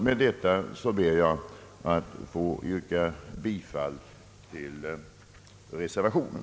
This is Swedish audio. Med det anförda ber jag att få yrka bifall till reservationen.